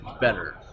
better